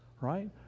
right